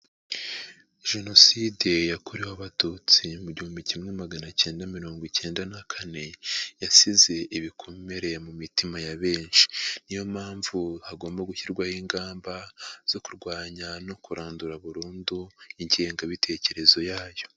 Jenoside yakorewe abatutsi mu gihumbi kimwe magana kenda mirongo kenda na kane yasize ibikomereye mu mitima ya benshi. Niyo mpamvu hagomba gushyirwaho ingamba zo kurwanya no kurandura burundu ingengabitekerezo yayo.